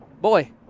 boy